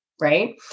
right